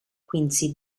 quincy